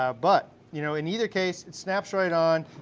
ah but you know in either case, it snaps right on,